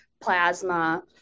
plasma